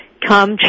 come